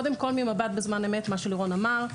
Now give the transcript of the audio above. קודם כל, ממבט בזמן אמת, מה שלירון אמר.